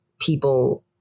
people